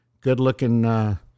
good-looking